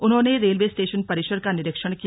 उन्होंने railway station परिसर का निरीक्षण किया